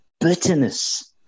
bitterness